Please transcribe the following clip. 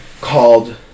called